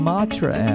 Matra